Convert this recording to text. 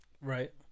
Right